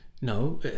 no